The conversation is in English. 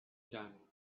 done